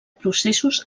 processos